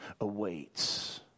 awaits